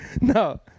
No